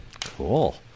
Cool